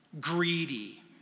greedy